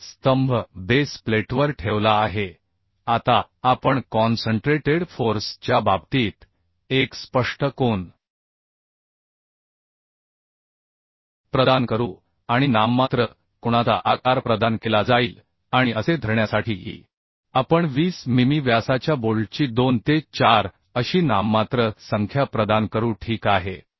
तर स्तंभ बेस प्लेटवर ठेवला आहे आता आपण कॉन्सन्ट्रेटेड फोर्स च्या बाबतीत एक स्पष्ट कोन प्रदान करू आणि नाममात्र कोणाचा आकार प्रदान केला जाईल आणि असे धरण्यासाठी की आपण 20 मिमी व्यासाच्या बोल्टची 2 ते 4 अशी नाममात्र संख्या प्रदान करू ठीक आहे